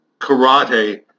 karate